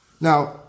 Now